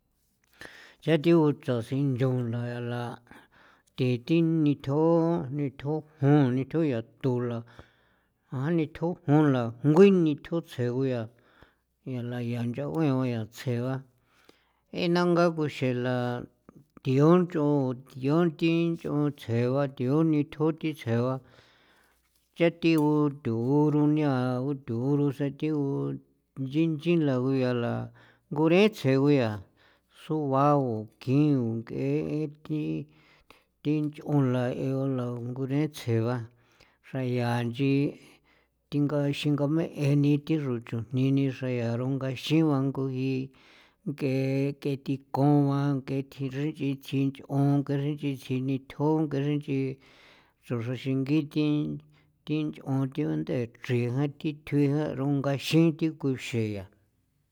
Cha thi ngu chasi nchon la la thii thi nithjo nithjo jun nithjo yaathu la jon nithjon jun la ngui nithjo tsje gu yaa ya la ya ncha 'uen ba tsje ba ina nga kuxela thio ncha'on thio thi ncha'on tsje ba thio nithjo thi tsje ba cha thigu tho guronia tho ngurose thigu nchin chin la nguya la ngure tsje guya tsju bao yaa sua u kin u ngee thi thi nchaoen la langune tsje ba xra yaa inchi thinga xingame'e ni tho xro chujni ni ni xra yaa rongaxin ba nguyi ngee ke thikon ba ng'ee thi xra nch'i nchi nch'on ke xreen nch'i nchi nithjon ke xreen nch'i xroxran xingi thi thi nch'on tiundee chrin ja thi thjuin ja rongaxiin thi kuxee ya.